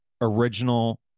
original